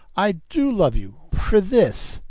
i do love you for this!